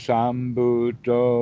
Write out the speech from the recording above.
Sambuto